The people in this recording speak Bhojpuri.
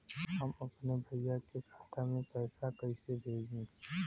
हम अपने भईया के खाता में पैसा कईसे भेजी?